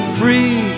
free